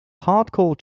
hardcore